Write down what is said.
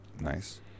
Nice